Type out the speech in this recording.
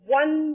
one